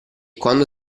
quando